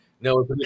no